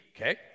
okay